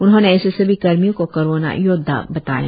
उन्होंने ऐसे सभी कर्मियों को कोरोना योद्वा बताया